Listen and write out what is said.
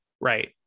right